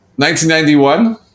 1991